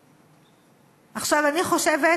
עכשיו, אני חושבת